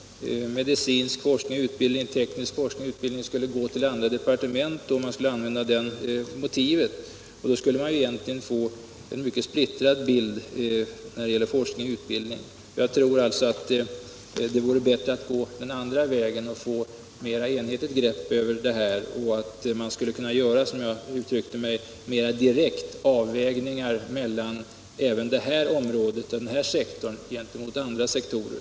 Medicinsk forskning och utbildning, teknisk forskning och utbildning skulle gå till andra departement. Om man använder det motivet skulle man få en mycket splittrad bild av forskning och utbildning. Jag tror alltså att det vore bättre att gå den andra vägen och få ett mera enhetligt grepp och att kunna göra, som jag uttryckte mig, mera direkta avvägningar även mellan denna sektor och andra sektorer.